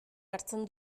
hartzen